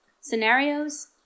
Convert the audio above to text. Scenarios